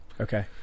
Okay